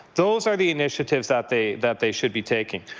those are the initiatives that they that they should be taking.